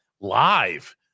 Live